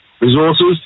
resources